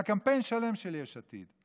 אבל היה קמפיין שלם של יש עתיד.